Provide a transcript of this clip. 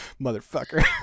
Motherfucker